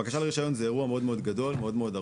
בקשה לרישיון היא אירוע מאוד גדול וארוך,